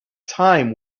time